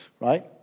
Right